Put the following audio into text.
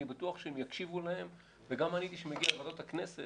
אני בטוח שהם יקשיבו להם וגם אני כשהייתי מגיע לוועדות הכנסת,